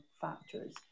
factors